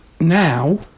now